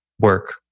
work